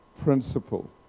principle